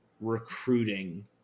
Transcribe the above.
recruiting